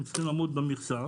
הם צריכים לעמוד במכסה